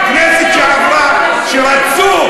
בכנסת שעברה, כשרצו,